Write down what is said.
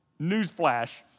Newsflash